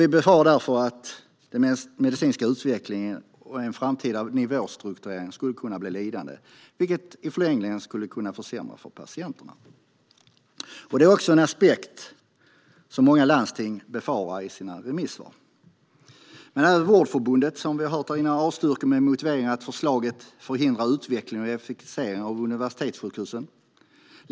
Vi befarar därför att den medicinska utvecklingen och en framtida nivåstrukturering skulle kunna bli lidande, vilket i förlängningen skulle kunna försämra för patienterna. Det är också en aspekt som många landsting befarar i sina remissvar. Även Vårdförbundet avstyrker, som vi hört här, med motiveringen att förslaget förhindrar utveckling och effektivisering av universitetssjukhusen.